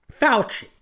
Fauci